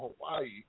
Hawaii